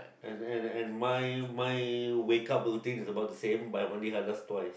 and and and my my wake up routine is about the same but I'm only has last twice